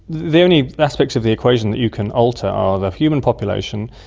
the only aspect of the equation that you can alter are the human population,